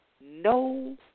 no